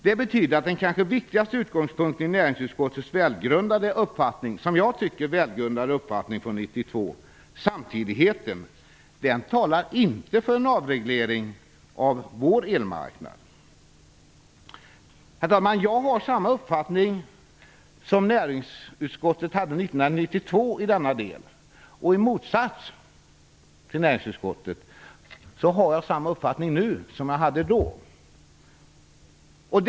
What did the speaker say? Det betyder att den kanske viktigaste utgångspunkten i näringsutskottets, tycker jag, välgrundade uppfattning från 1992 - samtidigheten - inte talar för en avreglering av vår elmarknad. Herr talman! Jag har samma uppfattning som näringsutskottet år 1992 hade i denna del. Men i motsats till näringsutskottet står jag fast vid den uppfattning som jag då hade.